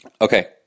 Okay